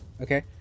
Okay